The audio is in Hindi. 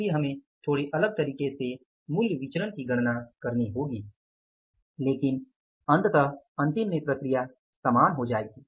इसलिए हमें थोड़े अलग तरीके से मूल्य विचरण की गणना करनी होगी लेकिन अंतत अंतिम में प्रक्रिया समान हो जाएगी